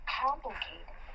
complicated